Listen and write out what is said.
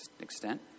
extent